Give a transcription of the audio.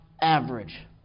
average